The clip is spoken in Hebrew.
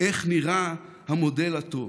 איך נראה המודל הטוב.